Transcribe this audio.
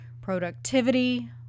productivity